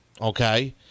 Okay